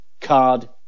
card